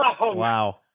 Wow